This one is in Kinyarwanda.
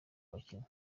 abakinnyi